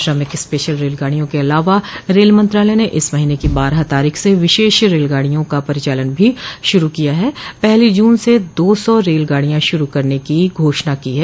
श्रमिक स्पेशल रेलगाड़ियों के अलावा रेल मंत्रालय ने इस महीने की बारह तारीख से तीस विशेष रेलगाडियों का परिचालन भी शुरू किया है और पहली जून से दो सौ रेल गाडियां शुरू करने की घोषणा की है